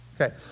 Okay